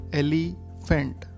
elephant